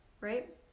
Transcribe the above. right